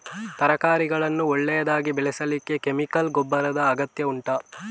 ತರಕಾರಿಗಳನ್ನು ಒಳ್ಳೆಯದಾಗಿ ಬೆಳೆಸಲಿಕ್ಕೆ ಕೆಮಿಕಲ್ ಗೊಬ್ಬರದ ಅಗತ್ಯ ಉಂಟಾ